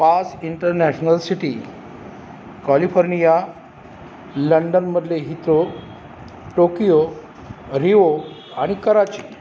पाच international city California लंडनमधले Heathrow Tokyo Rio आणि कराची